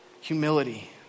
humility